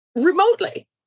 remotely